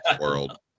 World